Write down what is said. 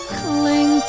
cling